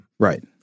Right